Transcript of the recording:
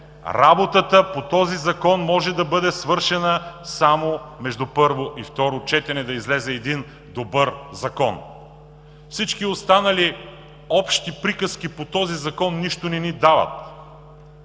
работата по този Закон може да бъде свършена само между първо и второ четене, да излезе един добър закон. Всички останали общи приказки по този Закон нищо не ни дават.